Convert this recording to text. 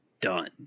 done